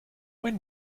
when